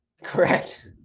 Correct